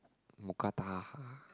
mookata